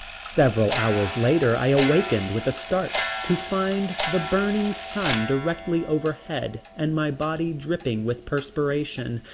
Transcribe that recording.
several hours later i awakened with a start to find the burning sun directly overhead and my body dripping with perspiration,